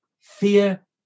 Fear